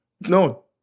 No